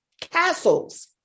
castles